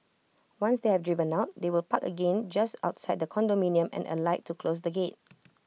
once they have driven out they will park again just outside the condominium and alight to close the gate